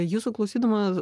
jūsų klausydama